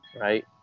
right